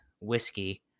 whiskey